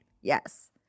yes